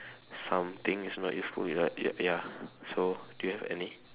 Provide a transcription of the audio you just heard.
something is not useful ya ya ya so do you have any